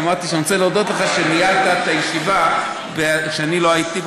אמרתי שאני רוצה להודות לך על שניהלת את הישיבה כשאני לא הייתי.